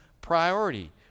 priority